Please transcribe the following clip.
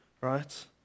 right